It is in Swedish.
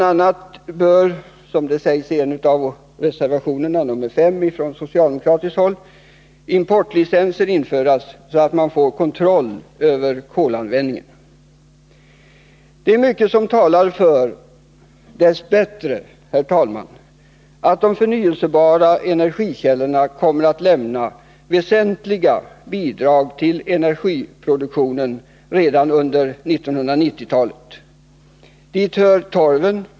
a. bör —som det sägs i en av reservationerna, nr 5, från socialdemokratiskt håll — importlicenser införas, så att vi får kontroll över kolanvändningen. Det är mycket som dess bättre, herr talman, talar för att de förnyelsebara energikällorna kommer att lämna väsentliga bidrag till energiproduktionen redan under 1990-talet. Dit hör torven.